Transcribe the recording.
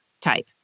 type